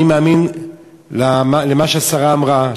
אני מאמין במה שהשרה אמרה,